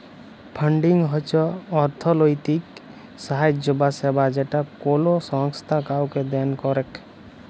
funding হচ্ছ অর্থলৈতিক সাহায্য বা সেবা যেটা কোলো সংস্থা কাওকে দেন করেক